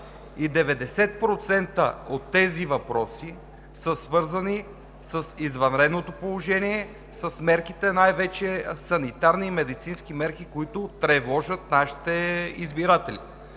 и 90% от тези въпроси са свързани с извънредното положение, с мерките най-вече – санитарни и медицински мерки, които тревожат нашите избиратели.